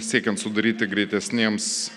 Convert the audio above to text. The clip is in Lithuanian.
siekiant sudaryti greitesnėms